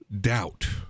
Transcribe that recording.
doubt